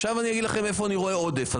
עכשיו אני אגיד לכם איפה אני רואה עודף.